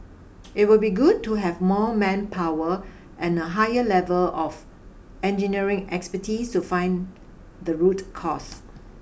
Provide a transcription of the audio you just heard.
it would be good to have more manpower and a higher level of engineering expertise to find the root cause